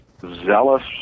zealous